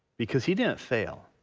because he didn't fail